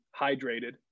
hydrated